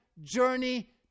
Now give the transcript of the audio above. journey